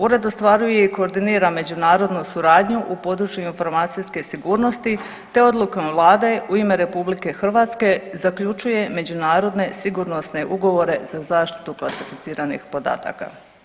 Ured ostvaruje i koordinira međunarodnu suradnju u području informacijske sigurnosti te odlukom vlade u ime RH zaključuje međunarodne sigurnosne ugovore za zaštitu klasificiranih podataka.